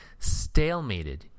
Stalemated